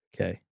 Okay